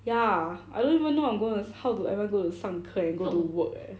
ya I don't even know I'm gonna how to ever 上课 and go to work eh